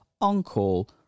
on-call